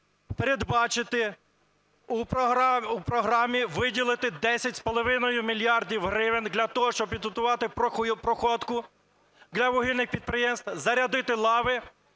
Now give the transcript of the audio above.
передбачити у програмі, виділити 10,5 мільярда гривень для того, щоб підготувати проходку для вугільних підприємств, зарядити лави